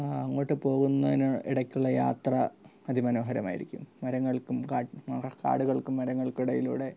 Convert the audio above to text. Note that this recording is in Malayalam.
അങ്ങോട്ട് പോകുന്നതിന് ഇടയ്ക്കുള്ള യാത്ര അതി മനോഹരമായിരിക്കും മരങ്ങൾക്കും കാടുകൾക്കും മരങ്ങൾക്കും ഇടയിലൂടെ